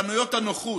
חנויות הנוחות,